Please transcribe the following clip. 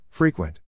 Frequent